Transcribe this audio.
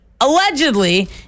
allegedly